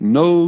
no